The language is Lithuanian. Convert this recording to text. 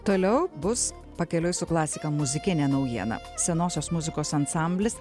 toliau bus pakeliui su klasika muzikinė naujiena senosios muzikos ansamblis